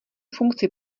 funkci